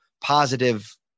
positive